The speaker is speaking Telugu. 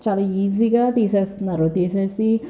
చాలా ఈజీగా తీసేస్తున్నారు తీసేసి